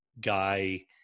guy –